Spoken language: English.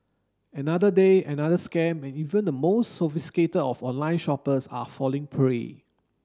another day another scam and even the most sophisticated of online shoppers are falling prey